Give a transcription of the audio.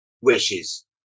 wishes